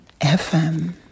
FM